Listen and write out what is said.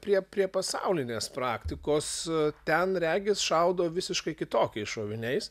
prie prie pasaulinės praktikos ten regis šaudo visiškai kitokiais šoviniais